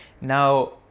Now